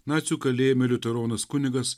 nacių kalėjime liuteronas kunigas